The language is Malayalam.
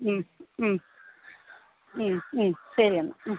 ശരി എന്നാൽ